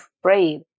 afraid